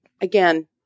Again